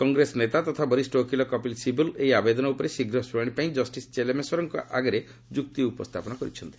କଂଗ୍ରେସ ନେତା ତଥା ବରିଷ୍ଣ ଓକିଲ କପିଲ୍ ଶିବଲ୍ ଏହି ଆବେଦନ ଉପରେ ଶୀଘ୍ର ଶ୍ରଣାଣି ପାଇଁ ଜଷ୍ଟିସ୍ ଚେଲାମେଶ୍ୱରଙ୍କ ଆଗରେ ଯୁକ୍ତି ଉପସ୍ଥାପନ କରିଛନ୍ତି